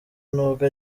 nubwo